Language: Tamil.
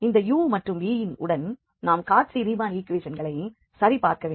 இந்த u மற்றும் v உடன் நாம் காச்சி ரீமான் ஈக்குவேஷன்களை சரிபார்க்கவேண்டும்